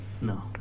No